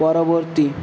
পরবর্তী